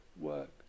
work